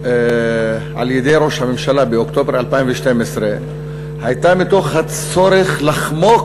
על-ידי ראש הממשלה באוקטובר 2012 הייתה מתוך הצורך לחמוק